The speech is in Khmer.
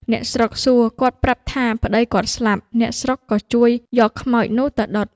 អ្នកស្រុកសួរ, គាត់ប្រាប់ថា "ប្តីគាត់ស្លាប់" អ្នកស្រុកក៏ជួយយកខ្មោចនោះទៅដុត,